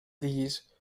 these